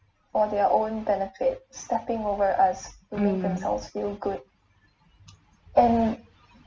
mm